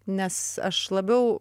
nes aš labiau